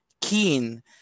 keen